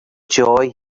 joy